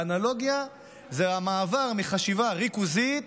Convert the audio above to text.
באנלוגיה, זה המעבר מחשיבה ריכוזית